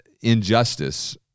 injustice